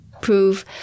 prove